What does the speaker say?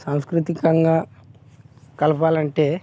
సాంస్కృతికంగా కలపాలంటే